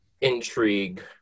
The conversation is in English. intrigue